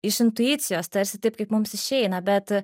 iš intuicijos tarsi taip kaip mums išeina bet